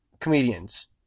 comedians